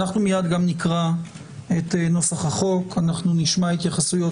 מיד נקרא גם את נוסח החוק ונשמע התייחסויות